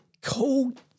Cold